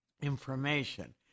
information